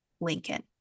Lincoln